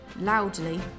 loudly